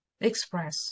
Express